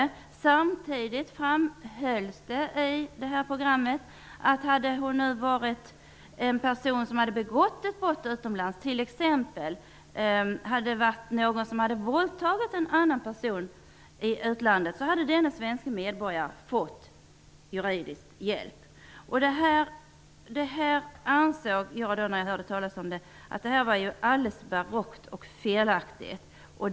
I programmet framhölls det att om hon hade varit en person som hade begått ett brott utomlands, t.ex. våldtäkt, så hade denna svenska medborgare fått juridisk hjälp. Jag ansåg att det här var alldeles barockt och felaktigt.